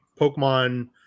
Pokemon